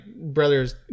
brother's